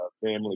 family